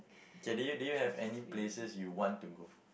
okay do you do you have any places you want to go